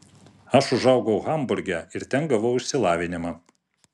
aš užaugau hamburge ir ten gavau išsilavinimą